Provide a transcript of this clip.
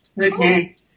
Okay